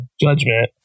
Judgment